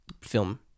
film